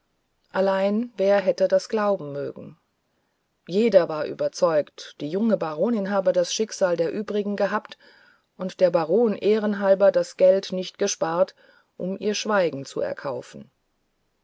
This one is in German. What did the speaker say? allein wer hätte das glauben mögen jeder war überzeugt die junge baronin habe das schicksal der übrigen gehabt und der baron ehrenhalber das geld nicht gespart um ihr schweigen zu erkaufen